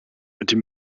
die